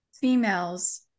females